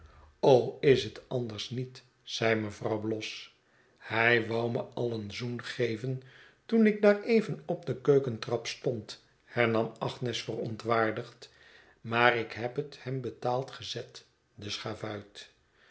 is het anders niet zei mevrouw bloss hij wou me al een zoen geven toen ik daar even op de keukentrap stond hernam agnes verontwaardigd maar ik heb het hem betaald gezet den schavuit